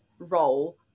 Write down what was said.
role